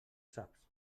saps